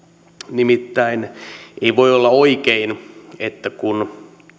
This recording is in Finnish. nimittäin ei voi olla oikein että kun